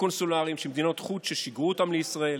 קונסולריים שמדינות חוץ שיגרו אותם לישראל,